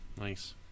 Nice